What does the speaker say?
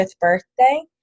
birthday